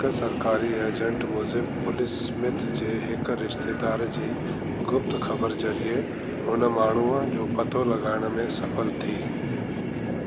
हिक सरकारी एजंट मूजिब पुलिस स्मिथ जे हिक रिश्तेसार जी गुप्त ख़बर ज़रिए हुन माण्हूअ जो पतो लॻाइण में सफल थी